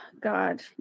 God